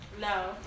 no